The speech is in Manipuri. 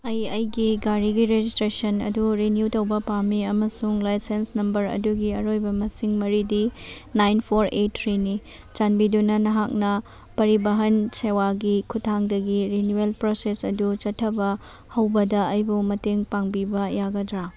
ꯑꯩ ꯑꯩꯒꯤ ꯒꯥꯔꯤꯒꯤ ꯔꯦꯖꯤꯁꯇ꯭ꯔꯦꯁꯟ ꯑꯗꯨ ꯔꯤꯅ꯭ꯌꯨ ꯇꯧꯕ ꯄꯥꯝꯃꯤ ꯑꯃꯁꯨꯡ ꯂꯥꯏꯁꯦꯟꯁ ꯅꯝꯕꯔ ꯑꯗꯨꯒꯤ ꯑꯔꯣꯏꯕ ꯃꯁꯤꯡ ꯃꯔꯤꯗꯤ ꯅꯥꯏꯟ ꯐꯣꯔ ꯑꯦꯠ ꯊ꯭ꯔꯤꯅꯤ ꯆꯥꯟꯕꯤꯗꯨꯅ ꯅꯍꯥꯛꯅ ꯄꯔꯤꯚꯥꯟ ꯁꯦꯋꯥꯒꯤ ꯈꯨꯊꯥꯡꯗꯒꯤ ꯔꯤꯅ꯭ꯌꯨꯋꯦꯜ ꯄ꯭ꯔꯣꯁꯦꯁ ꯑꯗꯨ ꯆꯠꯊꯕ ꯍꯧꯕꯗ ꯑꯩꯕꯨ ꯃꯇꯦꯡ ꯄꯥꯡꯕꯤꯕ ꯌꯥꯒꯗ꯭ꯔ